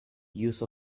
use